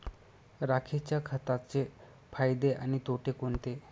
राखेच्या खताचे फायदे आणि तोटे कोणते?